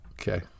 Okay